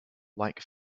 like